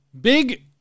big